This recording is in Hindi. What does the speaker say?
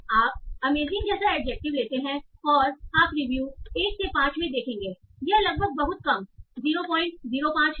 आप अमेजिंग जैसा एडजेक्टिव लेते हैं और आप रिव्यू 1 से 5 में देखेंगे यह लगभग बहुत कम 005 है